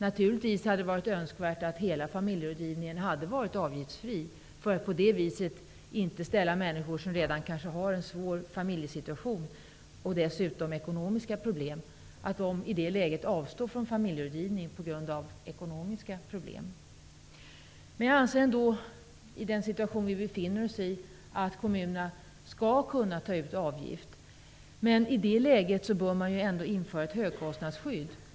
Naturligtvis hade det varit önskvärt att hela familjerådgivningen hade varit avgiftsfri, så att inte människor som kanske redan har en svår familjesituation och dessutom ekonomiska problem i det läget avstår från familjerådgivning på grund av avgiften. Med tanke på den situation vi befinner oss i anser jag ändå att kommunerna skall kunna ta ut avgift. I det läget bör man emellertid ändå införa ett högkostnadsskydd.